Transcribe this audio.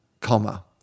comma